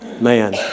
man